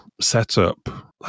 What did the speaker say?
setup